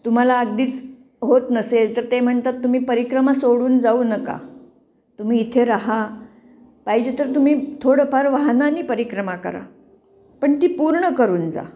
तुम्हाला अगदीच होत नसेल तर ते म्हणतात तुम्ही परिक्रमा सोडून जाऊ नका तुम्ही इथे रहा पाहिजे तर तुम्ही थोडंफार वाहनाने परिक्रमा करा पण ती पूर्ण करून जा